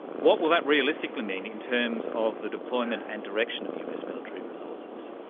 what will that realistically mean in terms of the deployment and direction of us military resources?